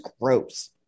gross